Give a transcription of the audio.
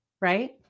right